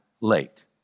late